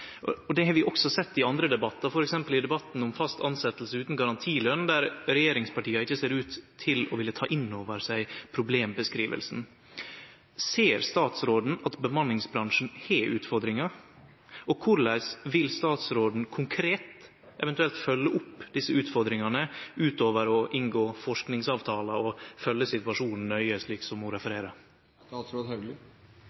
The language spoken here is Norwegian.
nemne. Det har vi også sett i andre debattar, f.eks. i debatten om fast tilsetjing utan garantilønn, der regjeringspartia ikkje ser ut til å ville ta inn over seg problembeskrivinga. Ser statsråden at bemanningsbransjen har utfordringar? Korleis vil statsråden konkret eventuelt følgje opp desse utfordringane utover å inngå forskingsavtalar og å følgje situasjonen nøye, som var det ho